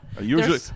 usually